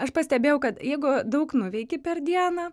aš pastebėjau kad jeigu daug nuveiki per dieną